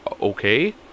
okay